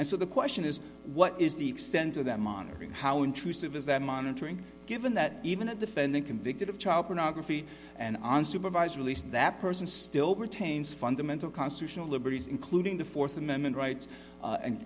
and so the question is what is the extent of that monitoring how intrusive is that monitoring given that even at the fender convicted of child pornography and unsupervised release that person still retains fundamental constitutional liberties including the th amendment rights